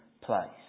place